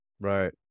Right